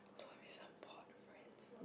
tourism board friends